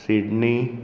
Sydney